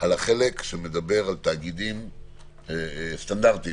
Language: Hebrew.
על החלק שמדבר על תאגידים סטנדרטיים,